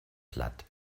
platt